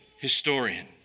Historian